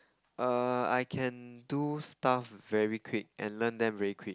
err I can do stuff very quick and learn them very quick